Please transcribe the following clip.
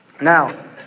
Now